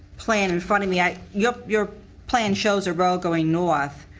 plan and funding the eye. you have your plan shows a road going north.